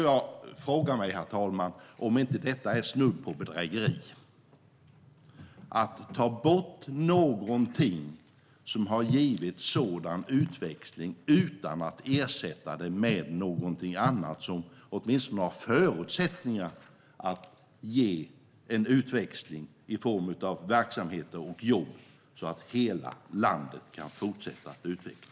Jag frågar mig, herr talman, om det inte är snudd på bedrägeri att ta bort någonting som har givit en sådan utväxling utan att ersätta det med någonting annat som åtminstone har förutsättningar att ge en utväxling i form av verksamheter och jobb, så att hela landet kan fortsätta att utvecklas.